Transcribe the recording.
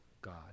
God